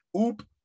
Oop